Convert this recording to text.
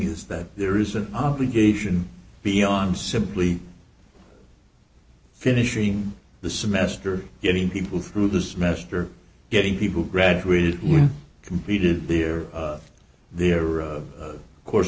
is that there is an obligation beyond simply finishing the semester getting people through this nester getting people graduated completed their of their of course